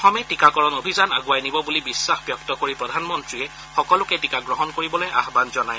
অসমে টীকাকৰণ অভিযান আণ্ডৱাই নিব বুলি বিশ্বাস ব্যক্ত কৰি প্ৰধানমন্ত্ৰীয়ে সকলোকে টীকা গ্ৰহণ কৰিবলৈ আহান জনায়